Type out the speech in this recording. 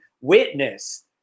witness